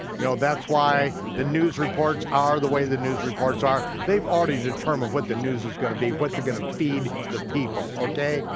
you know, that's why the news reports are the way the news reports are, they've already determined what the news is gonna be, what they're gonna feed the people, okay?